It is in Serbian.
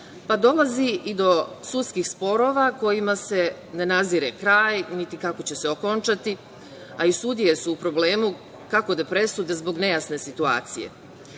pa dolazi i do sudskih sporova kojima se ne nazire kraj, niti kako će se okončati, a i sudije su u problemu kako da presude zbog nejasne situacije. Moje